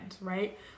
right